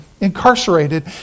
incarcerated